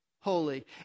holy